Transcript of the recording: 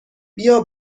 بیا